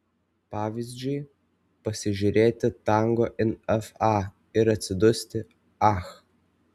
pavyzdžiui pasižiūrėti tango in fa ir atsidusti ach